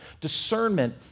discernment